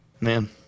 Man